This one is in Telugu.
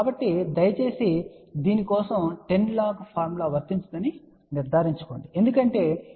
కాబట్టి దయచేసి దీని కోసం 10 log ఫార్ములా వర్తించదని నిర్ధారించుకోండి ఎందుకంటే 0